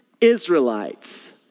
Israelites